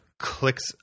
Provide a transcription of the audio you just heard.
clicks